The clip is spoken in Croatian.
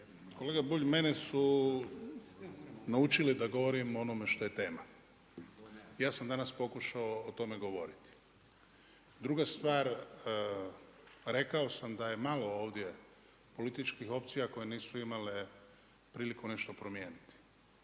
Kolega Bulj, mene su naučili da govorim o onome što je tema. Ja sam danas pokušao o tome govoriti. Druga stvar, rekao sam da je malo ovdje političkih opcija koje nisu imale priliku nešto promijeniti.